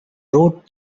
rode